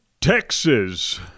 texas